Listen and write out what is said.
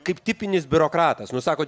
kaip tipinis biurokratas nu sakot